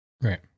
Right